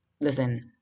listen